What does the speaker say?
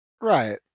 Right